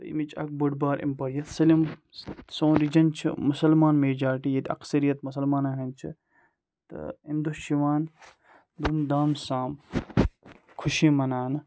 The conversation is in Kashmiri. تہٕ امِچ اَکھ بٔڑ بار اِمپا یَتھ سٲلِم سون رِجَن چھُ مُسلمان میجارٹی ییٚتہِ اَکثریت مُسلمانَن ہٕنٛدۍ چھِ تہٕ امہِ دۄہ چھِ یِوان دُم دامہٕ سام خوشی مَناونہٕ